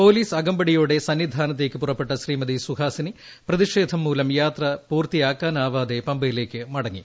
police അകമ്പടിയോടെ സന്നിധാനത്തേയ്ക്ക് പൂറ്റപ്പെട്ട ശ്രീമതി സുഹാസിനി പ്രതിഷേധം മൂലം യാത്ര പൂർത്തിയാക്കാനാവാതെ പമ്പയിലേക്ക് മടങ്ങി